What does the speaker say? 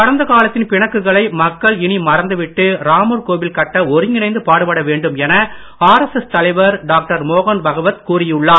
கடந்த காலத்தின் பிணக்குகளை மக்கள் இனி மறந்து விட்டு ராமர் கோவில் கட்ட ஒருங்கிணைந்து பாடுபட வேண்டும் என ஆர்எஸ்எஸ் தலைவர் டாக்டர் மோகன் பகவத் கூறியுள்ளார்